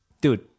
dude